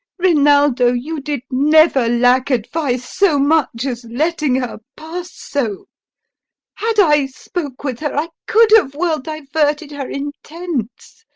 rinaldo, you did never lack advice so much as letting her pass so had i spoke with her, i could have well diverted her intents,